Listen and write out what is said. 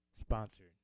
Sponsored